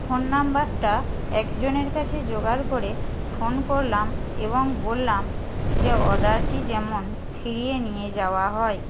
phone নম্বরটা একজনের কাছে জোগাড় করে ফোন করলাম এবং বললাম যে অর্ডারটি যেমন ফিরিয়ে নিয়ে যাওয়া হয়